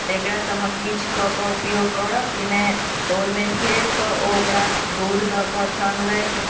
तऽ एकरा तऽ हम किछु कऽ कऽ उपयोग करब कि ने तऽ ओहिमे फेरसँ ओकरा दूध दऽ कऽ सनलथि